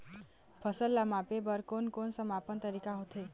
फसल ला मापे बार कोन कौन सा मापन तरीका होथे?